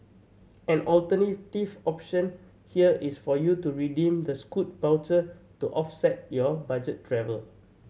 an alternative option here is for you to redeem the Scoot voucher to offset your budget travel